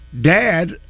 dad